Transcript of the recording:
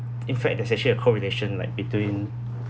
in fact there's actually a correlation like between